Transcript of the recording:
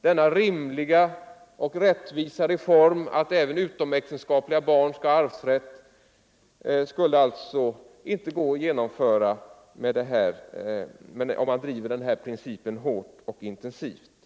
Denna rimliga och rättvisa reform att Nr 120 även utomäktenskapliga barn skall ha arvsrätt skulle alltså inte gå att Onsdagen den genomföra, om man driver den här principen hårt och intensivt.